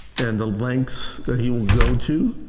and the lengths he will go to